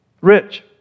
rich